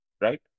Right